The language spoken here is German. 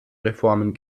reformen